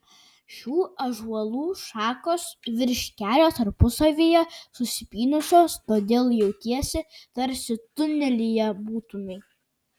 šių ąžuolų šakos virš kelio tarpusavyje susipynusios todėl jautiesi tarsi tunelyje būtumei